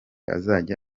azajya